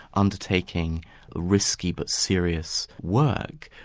undertaking risky but serious work,